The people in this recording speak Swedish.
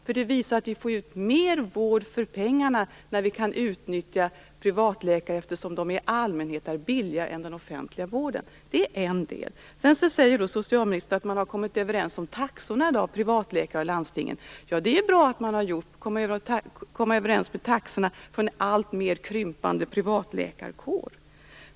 Vi får nämligen ut mer vård för pengarna när vi kan utnyttja privatläkarna, eftersom de i allmänhet är billigare än den offentliga vården. Socialministern säger att privatläkarna och landstingen har kommit överens om taxorna i dag. Det är ju bra att de har kommit överens om taxorna för en alltmer krympande privatläkarkår.